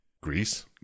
Greece